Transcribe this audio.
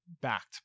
backed